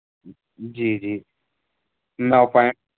جی جی نہ ہو پائیں